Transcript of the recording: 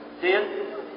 ten